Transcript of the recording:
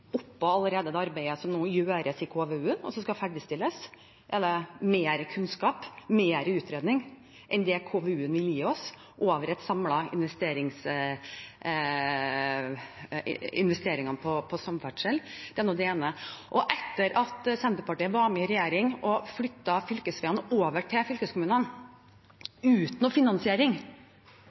oppå det arbeidet som nå allerede gjøres i KVUen, og som skal ferdigstilles? Er det mer kunnskap, mer utredning enn det KVUen vil gi oss over de samlede investeringene på samferdsel? Det er nå det ene. Og etter at Senterpartiet var med i regjering og flyttet fylkesveiene over til fylkeskommunene – uten